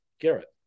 Garrett